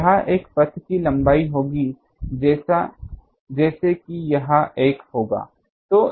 तो यह एक पथ की लंबाई होगी जैसे कि यह एक होगा